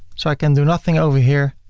so i can do nothing over here,